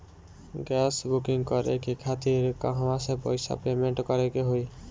Gas booking करे के खातिर कहवा से पैसा पेमेंट करे के होई?